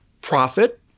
profit